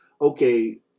okay